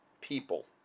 people